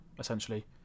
essentially